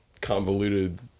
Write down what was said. convoluted